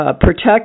protect